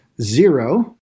zero